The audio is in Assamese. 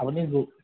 আপুনি